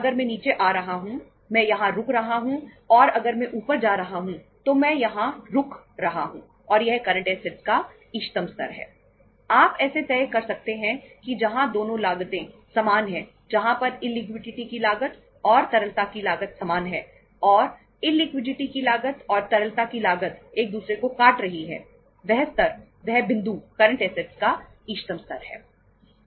मेरी इललिक्विडिटी का इष्टतम स्तर है